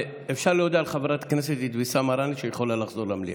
אפשר להודיע לחברת הכנסת אבתיסאם מראענה שהיא יכולה לחזור למליאה.